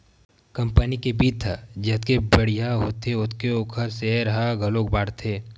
company के बित्त ह जतके बड़िहा होथे ओतके ओखर सेयर ह घलोक बाड़थे